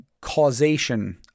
causation